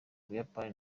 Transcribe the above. buyapani